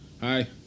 Hi